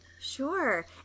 Sure